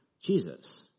Jesus